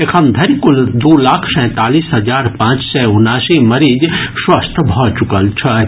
एखन धरि कुल दू लाख सैंतालीस हजार पांच सय उनासी मरीज स्वस्थ भऽ चुकल छथि